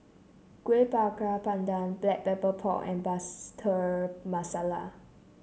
Kueh Bakar Pandan Black Pepper Pork and Masala